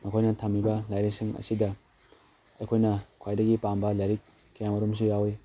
ꯃꯈꯣꯏꯅ ꯊꯝꯃꯤꯕ ꯂꯥꯏꯔꯤꯛ ꯁꯤꯡ ꯑꯁꯤꯗ ꯑꯩꯈꯣꯏꯅ ꯈ꯭ꯋꯥꯏꯗꯒꯤ ꯄꯥꯝꯕ ꯂꯥꯏꯔꯤꯛ ꯀꯌꯥ ꯑꯃꯔꯣꯝ ꯑꯃꯁꯨ ꯌꯥꯎꯋꯤ